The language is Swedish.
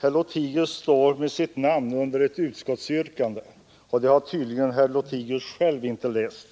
herr Lothigius står med siti namn under utskottsbetänkandet, och det har tydligen herr Lothigius själv inte läst.